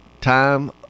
time